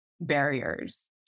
barriers